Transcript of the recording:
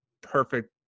perfect